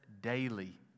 daily